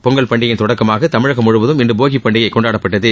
பொங்கல் பண்டிகையின் தொடக்கமாக தமிழகம் முழுவதம் இன்று போகிப்பண்டிகை கொண்டாடப்பட்டது